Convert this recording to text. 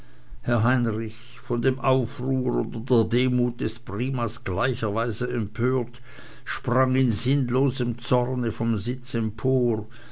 herr heinrich von dem aufruhr oder der demut des primas gleicherweise empört sprang in sinnlosem zorne vom sitz empor